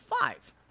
five